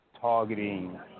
targeting